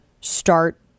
start